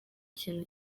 kintu